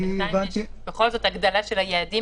בינתיים בכל זאת יש הגדלה של היעדים,